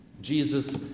Jesus